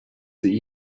sie